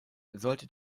sollte